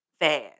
fast